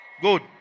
good